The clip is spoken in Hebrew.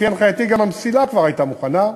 לפי הנחייתי, גם המסילה כבר הייתה מוכנה.